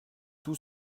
tout